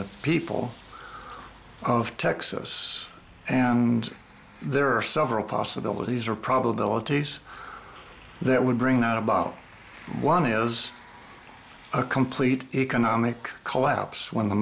the people of texas and there are several possibilities or probabilities that would bring out about one is a complete economic collapse when the